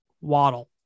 Waddle